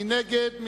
מי נגד?